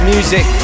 Music